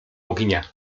ognia